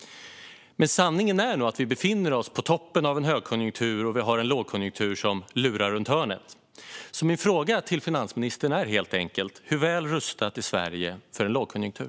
Men sanningen är nog att vi befinner oss på toppen av en högkonjunktur och att vi har en lågkonjunktur som lurar runt hörnet. Min fråga till finansministern är helt enkelt: Hur väl rustat är Sverige för en lågkonjunktur?